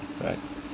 right